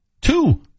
Two